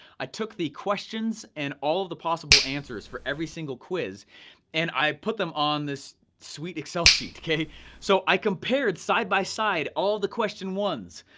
i took the questions and all of the possible answers for every single quiz and i put them on this sweet excel sheet. so i compared, side by side, all the question ones,